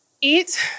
eat